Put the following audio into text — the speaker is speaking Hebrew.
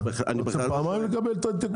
אתה רוצה פעמיים לקבל את ההתייקרות?